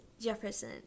Jefferson